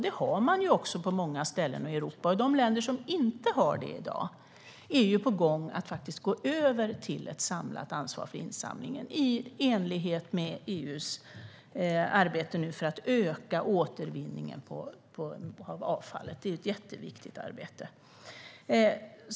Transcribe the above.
Det har man också på många ställen i Europa, och de länder som inte har det i dag är ju på gång att faktiskt gå över till ett samlat ansvar för insamlingen - i enlighet med EU:s arbete för att öka återvinningen av avfallet. Det är ett jätteviktigt arbete.